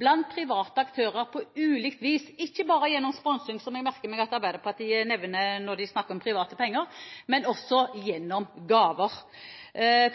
blant private aktører på ulikt vis; ikke bare gjennom sponsing, som jeg merker meg at Arbeiderpartiet nevner når de snakker om private penger, men også gjennom gaver.